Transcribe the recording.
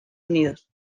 unidos